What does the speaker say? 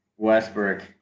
Westbrook